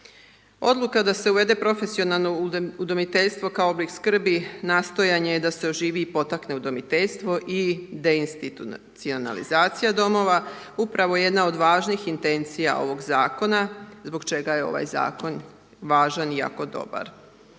Odluka da se uvede profesionalno udomiteljstvo kao oblik skrbi, nastojanje da se oživi i potakne udomiteljstvo i deinstitunacionalizacija domova upravo jedna od važnih intencija ovog zakona zbog čega je ovaj zakon važan i jako dobar.